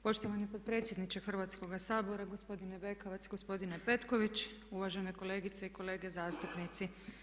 Poštovani potpredsjedniče Hrvatskoga sabora, gospodine Bekavac, gospodine Petković, uvažene kolegice i kolege zastupnici.